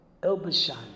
Elbashan